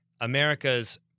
America's